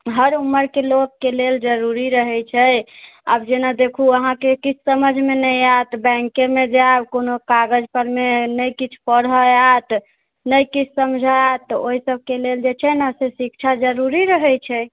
हर उमरके लोकके लेल जरूरी रहै छै आब जेना देखू अहाँके किछु समझमे नहि आइत बैंकेमे जैब कोनो कागजपरमे नहि किछु पढ़ऽ आएत नहि किछु समझऽ आएत तऽ ओहि सबके लेल जे छै ने से शिक्षा जरूरी रहै छै